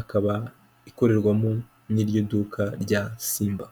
akaba ikorerwamo n'iryo duka rya Simba.